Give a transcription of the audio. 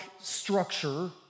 structure